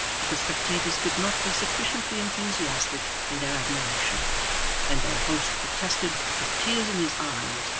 that the spectators could not be sufficiently enthusiastic in their admiration and their host protested, with tears in his eyes,